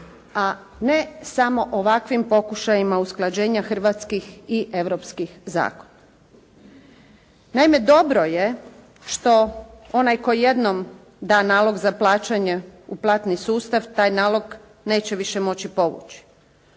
a ne samo ovakvim pokušajima usklađenja hrvatskih i europskih zakona. Naime, dobro je što onaj koji jednom da nalog za plaćanje u platni sustav taj nalog neće više moći povući.